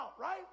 right